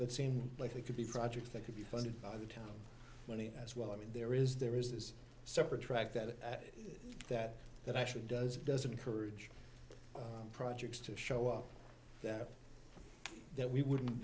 that seemed like it could be projects that could be funded by the town money as well i mean there is there is this separate track that that that actually does it doesn't encourage projects to show up there that we would